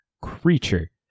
creature